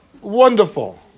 Wonderful